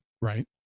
Right